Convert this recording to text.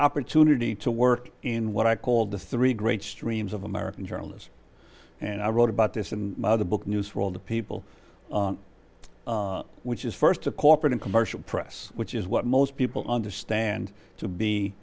opportunity to work in what i called the three great streams of american journalism and i wrote about this in the book news for all the people which is first to corporate and commercial press which is what most people understand to